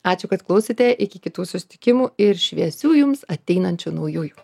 ačiū kad klausėte iki kitų susitikimų ir šviesių jums ateinančių naujųjų